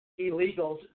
illegals